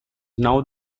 now